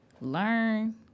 learn